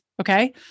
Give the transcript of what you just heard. Okay